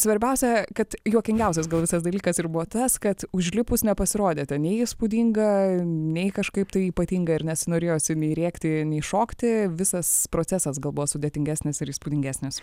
svarbiausia kad juokingiausias gal visas dalykas ir buvo tas kad užlipus nepasirodė ten nei įspūdinga nei kažkaip tai ypatinga ir nesinorėjosi nei rėkti nei šokti visas procesas gal buvo sudėtingesnis ir įspūdingesnis